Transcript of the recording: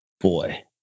boy